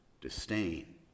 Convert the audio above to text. disdain